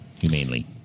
Humanely